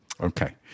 Okay